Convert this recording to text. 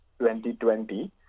2020